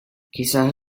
quizás